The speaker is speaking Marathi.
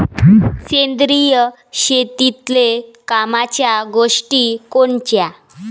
सेंद्रिय शेतीतले कामाच्या गोष्टी कोनच्या?